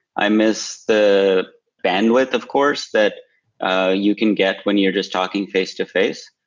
i miss the bandwidth, of course, that ah you can get when you're just talking face-to-face.